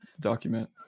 document